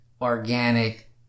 organic